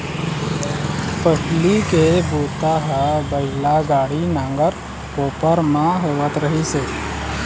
पहिली के बूता ह बइला गाड़ी, नांगर, कोपर म होवत रहिस हे